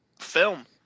film